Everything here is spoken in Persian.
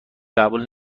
قبول